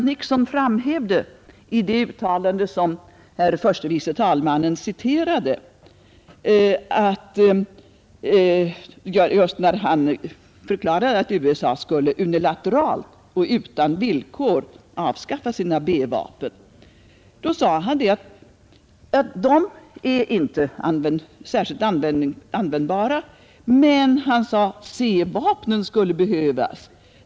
I det uttalande som herr förste vice talmannen här återgav av president Nixon förklarade denne att USA unilateralt och utan villkor skulle avskaffa sina B-vapen, och han motiverade det just med att de är inte särskilt användbara. Men C-vapnen skulle behövas, sade han.